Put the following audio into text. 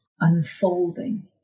unfolding